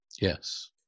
Yes